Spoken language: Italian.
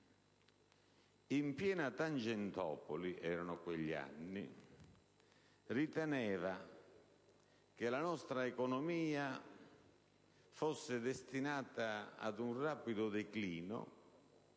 gli anni - riteneva che la nostra economia fosse destinata ad un rapido declino